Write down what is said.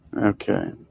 Okay